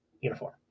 uniform